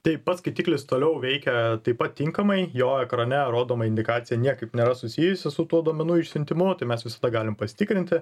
taip pas skaitiklis toliau veikia taip pat tinkamai jo ekrane rodoma indikacija niekaip nėra susijusi su tuo duomenų išsiuntimu tai mes visada galim pasitikrinti